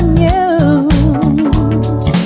news